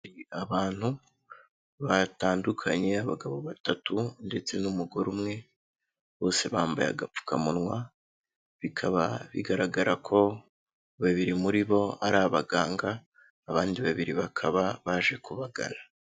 Abantu batandukanye, abagabo batatu ndetse n'umugore umwe, bose bambaye agapfukamunwa, bikaba bigaragara ko babiri muri bo ari abaganga, abandi babiri bakaba baje kubagana.